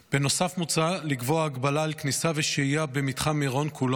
בנוסף מוצע לקבוע הגבלה על כניסה ושהייה במתחם מירון כולו,